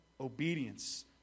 obedience